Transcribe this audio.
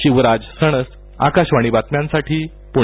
शिवराज सणस आकाशवाणी बातम्यांसाठी प्णे